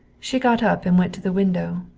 she got up and went to the window,